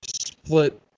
split